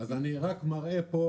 אני רק מראה פה,